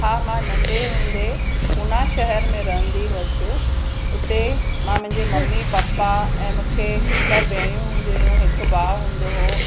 हा मां नंढे हूंदे पूना शहर में रहंदी हुअसि उते मां मुंहिंजी मम्मी पप्पा ऐं मूंखे ॿ भेंणियूं हूंदियूं हुयूं हिकु भाउ हूंदो हुओ